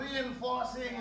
reinforcing